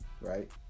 right